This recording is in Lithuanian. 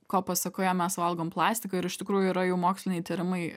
ko pasėkoje mes valgom plastiką ir iš tikrųjų yra jau moksliniai tyrimai